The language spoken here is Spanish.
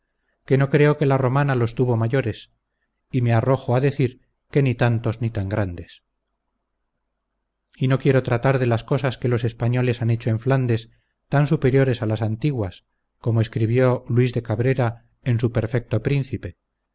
que no creo que la romana los tuvo mayores y me arrojo a decir que ni tantos ni tan grandes y no quiero tratar de las cosas que los españoles han hecho en flandes tan superiores a las antiguas como escribió luis de cabrera en su perfecto príncipe